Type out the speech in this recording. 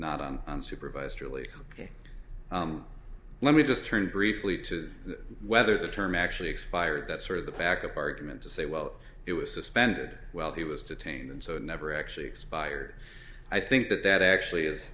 not on supervised release ok let me just turn briefly to whether the term actually expired that's sort of the pack of argument to say well it was suspended while he was detained and so it never actually expired i think that that actually is